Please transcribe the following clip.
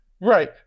Right